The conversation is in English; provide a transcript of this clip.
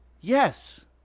Yes